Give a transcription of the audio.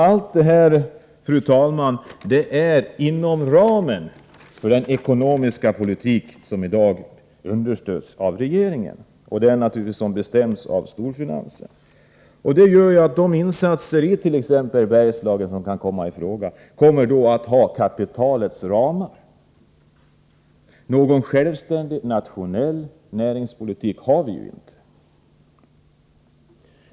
Allt det här, fru talman, ligger inom ramen för den ekonomiska politik som i dag understöds av regeringen och som naturligtvis bestäms av storfinansen. Det gör att de insatser som kan komma i fråga i t.ex. Bergslagen kommer att ha kapitalets ramar. Någon självständig nationell näringspolitik har vi ju inte!